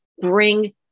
bring